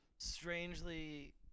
strangely